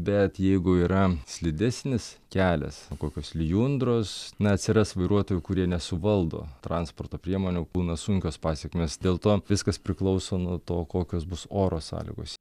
bet jeigu yra slidesnis kelias kokios lijundros na atsiras vairuotojų kurie nesuvaldo transporto priemonių būna sunkios pasekmės dėl to viskas priklauso nuo to kokios bus oro sąlygos